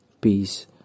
Peace